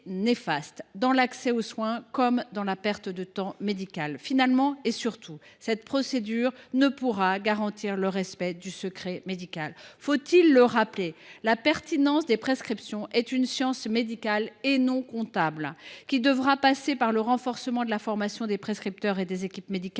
pour l’accès aux soins que par la perte de temps médical qu’il induit. Enfin, et surtout, cette procédure ne pourra garantir le respect du secret médical. Faut il le rappeler ? la pertinence des prescriptions relève d’une science médicale et non comptable, qui devra passer par le renforcement de la formation des prescripteurs et des équipes médicales,